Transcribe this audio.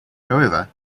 however